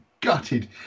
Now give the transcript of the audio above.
gutted